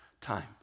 time